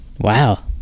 Wow